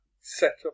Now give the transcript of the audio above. setup